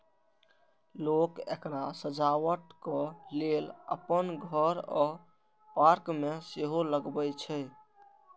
लोक एकरा सजावटक लेल अपन घर आ पार्क मे सेहो लगबै छै